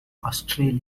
australia